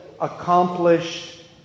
accomplished